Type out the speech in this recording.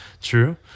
true